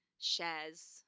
shares